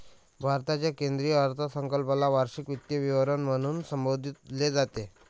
भारताच्या केंद्रीय अर्थसंकल्पाला वार्षिक वित्तीय विवरण म्हणून संबोधले जाते